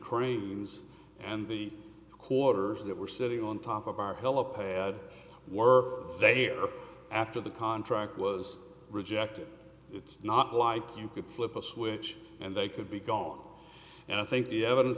cranes and the quarters that were sitting on top of our hella pad were they are after the contract was rejected it's not like you could flip a switch and they could be gone and i think the evidence